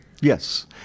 Yes